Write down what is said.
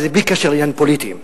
וזה בלי קשר לעניינים פוליטיים.